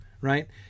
right